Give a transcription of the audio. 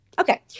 Okay